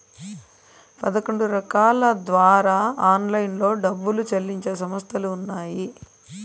పదకొండు రకాల ద్వారా ఆన్లైన్లో డబ్బులు చెల్లించే సంస్థలు ఉన్నాయి